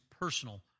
personal